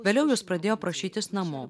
vėliau jis pradėjo prašytis namo